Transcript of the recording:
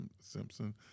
Simpson